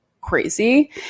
crazy